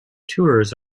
tours